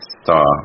star